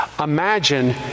Imagine